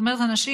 זאת אומרת אנשים,